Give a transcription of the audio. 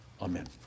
Amen